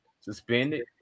suspended